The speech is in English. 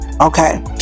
okay